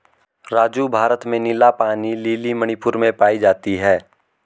राजू भारत में नीला पानी लिली मणिपुर में पाई जाती हैं